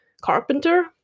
carpenter